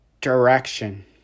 Direction